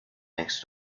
next